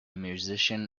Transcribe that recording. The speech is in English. musician